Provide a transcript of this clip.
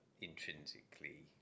intrinsically